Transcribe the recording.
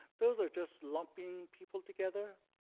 those are just lumping people together.